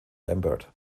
lambert